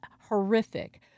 horrific